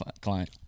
client